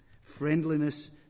friendliness